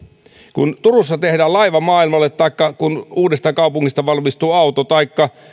kun turussa tehdään laiva maailmalle taikka kun uudestakaupungista valmistuu auto taikka kun